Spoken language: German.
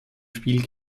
spiel